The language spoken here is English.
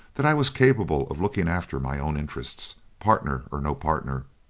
that i was capable of looking after my own interests, partner or no partner,